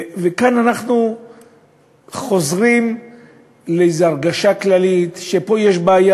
וכאן אנחנו חוזרים לאיזה הרגשה כללית שיש פה בעיה